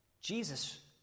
Jesus